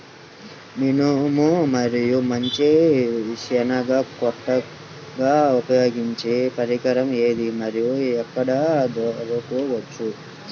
మినుము మరియు మంచి శెనగ కోతకు ఉపయోగించే పరికరం ఏది మరియు ఎక్కడ దొరుకుతుంది?